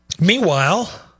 Meanwhile